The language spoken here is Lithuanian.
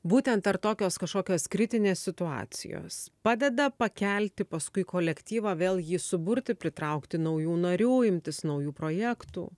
būtent ar tokios kažkokios kritinės situacijos padeda pakelti paskui kolektyvą vėl jį suburti pritraukti naujų narių imtis naujų projektų